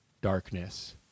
darkness